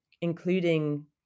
including